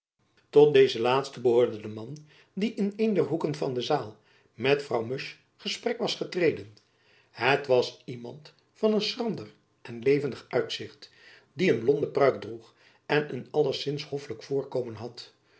tot deze laatsten behoorde de man die in een der hoeken van de zaal met mevrouw musch gesprek was getreden het was iemand van een schrander en levendig uitzicht die een blonde pruik droeg en een allezins hoffelijk voorkomen had